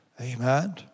Amen